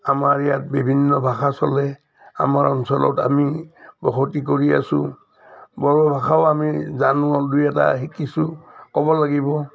আমাৰ ইয়াত বিভিন্ন ভাষা চলে আমাৰ অঞ্চলত আমি বসতি কৰি আছোঁ বড়ো ভাষাও আমি জানো দুই এটা শিকিছোঁ ক'ব লাগিব